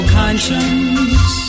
conscience